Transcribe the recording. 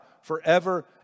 forever